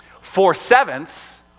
Four-sevenths